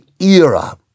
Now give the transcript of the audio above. era